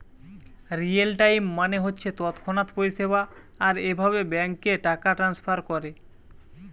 real time মানে হচ্ছে তৎক্ষণাৎ পরিষেবা আর এভাবে ব্যাংকে টাকা ট্রাস্নফার কোরে